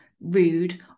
rude